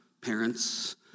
parents